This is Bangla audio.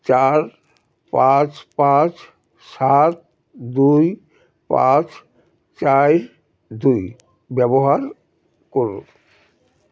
চার পাঁচ পাঁচ সাত দুই পাঁচ চার দুই ব্যবহার করুন